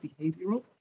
behavioral